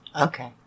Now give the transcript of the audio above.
Okay